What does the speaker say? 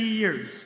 years